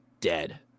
dead